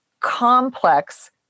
complex